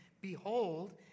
Behold